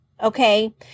Okay